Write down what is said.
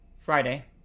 Friday